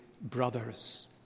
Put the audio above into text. brothers